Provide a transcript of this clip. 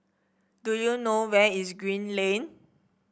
do you know where is Green Lane